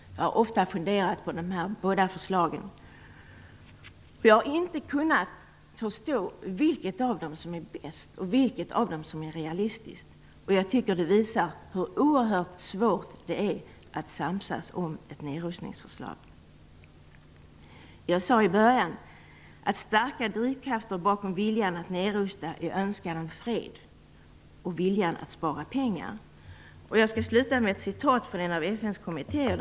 Jag har ofta funderat på dessa båda förslag. Jag har inte kunnat förstå vilket av dem som är bäst och realistiskt. Jag tycker att det visar hur oerhört svårt det är att samsas om ett nedrustningsförslag. Jag sade i början av mitt anförande att starka drivkrafter bakom viljan att nedrusta är önskan om fred och viljan att spara pengar. Jag skall sluta med ett citat från en av FN:s kommittéer.